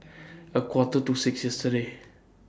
A Quarter to six yesterday